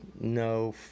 no